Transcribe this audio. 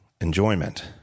enjoyment